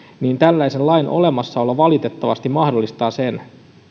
niin tällaisen lain olemassaolo valitettavasti mahdollistaa sen